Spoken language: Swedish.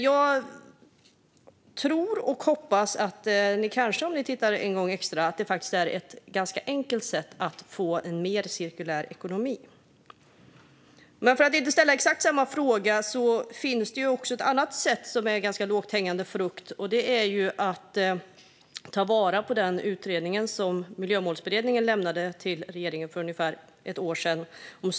Jag tror och hoppas att ni, om ni tittar en gång extra, ser att detta är ett ganska enkelt sätt att få en mer cirkulär ekonomi. Men för att inte ställa exakt samma fråga tar jag upp ett annat sätt som också är ganska lågt hängande frukt: att ta vara på den utredning om Sveriges globala klimatavtryck som Miljömålsberedningen lämnade till regeringen för ungefär ett år sedan.